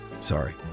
Sorry